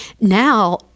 Now